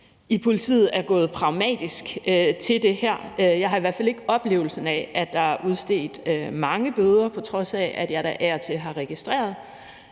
er gået pragmatisk til det her. Jeg har i hvert fald ikke oplevelsen af, at der er udstedt mange bøder, på trods af at jeg da af og til har registreret,